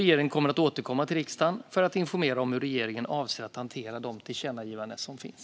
Regeringen kommer att återkomma till riksdagen för att informera om hur regeringen avser att hantera de tillkännagivanden som finns.